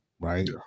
right